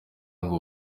ngo